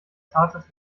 zartes